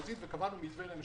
הנושא השני הוא הבעלות על השטח.